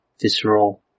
visceral